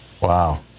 wow